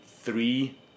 three